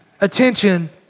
attention